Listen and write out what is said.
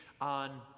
on